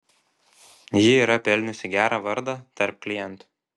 ji yra pelniusi gerą vardą tarp klientų